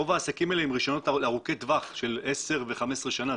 רוב העסקים האלה עם רישיונות ארוכי טווח של 10 ו-15 שנים.